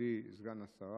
מכובדי סגן השרה,